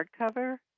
hardcover